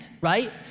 right